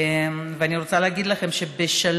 אני רוצה להגיד לכם שבשנתיים,